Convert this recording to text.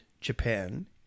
Japan